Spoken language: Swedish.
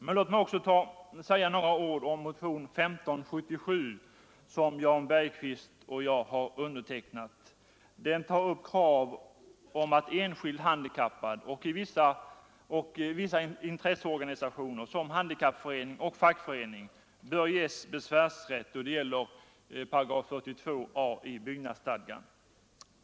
Men låt mig också säga några ord om motionen 1577, som Jan Bergqvist och jag har undertecknat. Den tar upp krav om att enskild handikappad och vissa intresseorganisationer, såsom handikappförening och fackförening, skall ges besvärsrätt då det gäller 42 a § byggnadsstadgan.